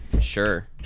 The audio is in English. sure